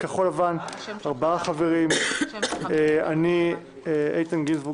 כחול לבן - ארבעה חברים: איתן גינזבורג,